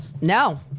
no